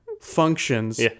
functions